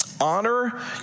Honor